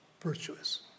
virtuous